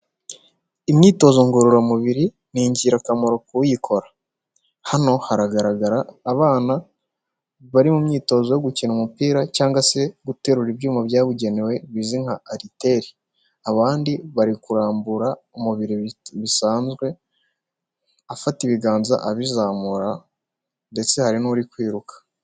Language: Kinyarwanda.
Imyitozo ngororamubiri ni ingirakamaro k'uyikora, hano haragaragara abana bari mu myitozo yo gukina umupira cyangwa se guterura ibyuma byabugenewe bizwi nka aliteli. Abandi bari kurambura mubiri bisanzwe, afata ibiganza abizamura ndetse hari n'uri kwiruka.